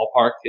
ballpark